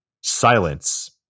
Silence